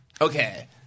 okay